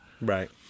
Right